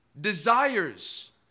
desires